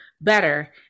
better